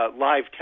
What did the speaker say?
live